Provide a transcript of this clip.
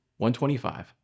125